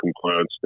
compliance